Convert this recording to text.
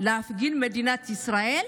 להפגין נגד מדינת ישראל?